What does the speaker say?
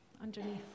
underneath